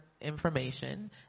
information